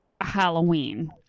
Halloween